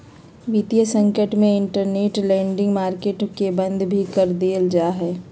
वितीय संकट में इंटरबैंक लेंडिंग मार्केट के बंद भी कर देयल जा हई